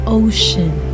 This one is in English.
ocean